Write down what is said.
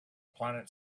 planet